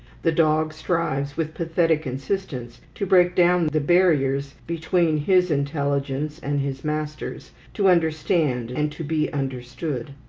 the dog strives with pathetic insistence to break down the barriers between his intelligence and his master's, to understand and to be understood.